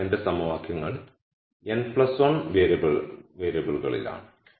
അതിനാൽ എന്റെ സമവാക്യങ്ങൾ n 1 വേരിയബിളുകളിലാണ്